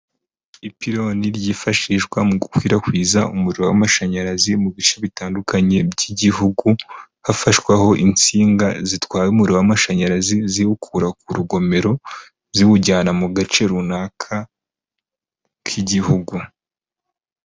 Ipironi ryifashishwa mu gukwirakwiza umuriro w'amashanyarazi mu bice bitandukanye by'igihugu hafashwaho insinga zitwaye umuriro w'amamashanyarazi ziwukura ku rugomero ziwujyana mu gace runaka k'igihugu.